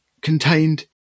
contained